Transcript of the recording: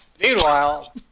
Meanwhile